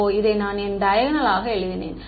ஓ இதை நான் ஏன் டையகனலாக எழுதினேன்